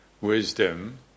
Wisdom